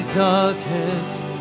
darkest